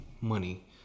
money